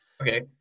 Okay